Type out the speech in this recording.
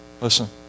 listen